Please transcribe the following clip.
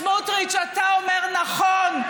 סמוטריץ, אתה אומר "נכון".